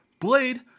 Blade